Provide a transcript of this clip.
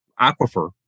aquifer